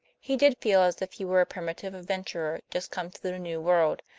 he did feel as if he were a primitive adventurer just come to the new world,